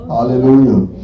Hallelujah